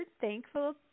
thankful